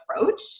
approach